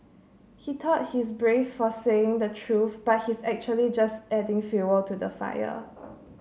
he thought he's brave for saying the truth but he's actually just adding fuel to the fire